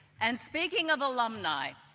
and speaking of alumni,